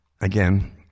Again